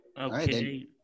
Okay